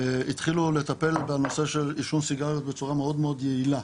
התחילו לטפל בנושא של עישון סיגריות בצורה מאוד מאוד יעילה.